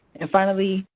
and finally,